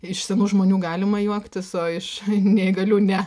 iš senų žmonių galima juoktis o iš neįgalių ne